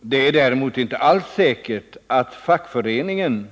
Däremot är det inte alls säkert att fackföreningen